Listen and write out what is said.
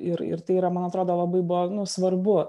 ir ir tai yra man atrodo labai buvo svarbu